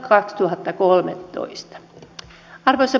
arvoisa puhemies